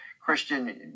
christian